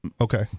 okay